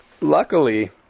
luckily